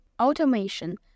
Automation